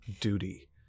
duty